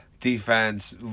Defense